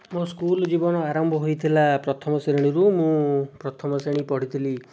ମୋ' ସ୍କୁଲ୍ ଜୀବନ ଆରମ୍ଭ ହୋଇଥିଲା ପ୍ରଥମ ଶ୍ରେଣୀରୁ ମୁଁ ପ୍ରଥମ ଶ୍ରେଣୀ ପଢ଼ିଥିଲି